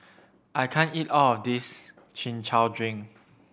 I can't eat all of this Chin Chow drink